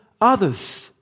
others